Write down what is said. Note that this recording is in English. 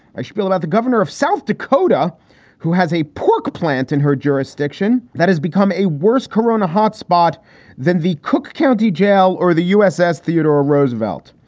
i spiel about the governor of south dakota who has a pork plant in her jurisdiction that has become a worse corona hotspot than the cook county jail or the uss theodore roosevelt.